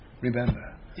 remember